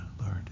Lord